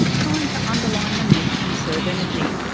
trying to underline the need to conserve energy.